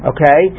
Okay